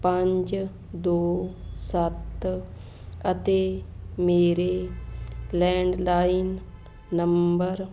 ਪੰਜ ਦੋ ਸੱਤ ਅਤੇ ਮੇਰੇ ਲੈਂਡਲਾਈਨ ਨੰਬਰ